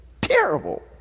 terrible